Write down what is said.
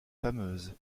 fameuse